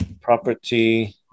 property